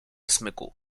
smyku